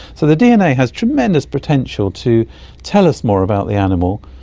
so the dna has tremendous potential to tell us more about the animal.